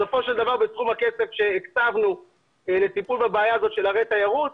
בסופו של דבר בסכום הכסף שהקצבנו לטיפול בבעיה הזאת של ערי תיירות,